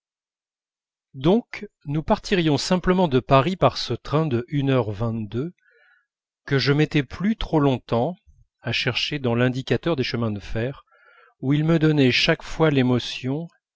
donc nous partirions simplement de paris par ce train de une heure vingt-deux que je m'étais plu trop longtemps à chercher dans l'indicateur des chemins de fer où il me donnait chaque fois l'émotion